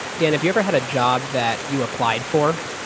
dan, have you ever had a job that you applied for,